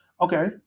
Okay